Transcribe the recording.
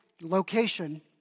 location